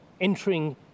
entering